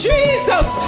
Jesus